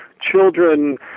children